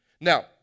Now